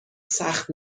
سخت